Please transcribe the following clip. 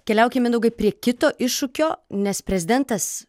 keliaukim mindaugą prie kito iššūkio nes prezidentas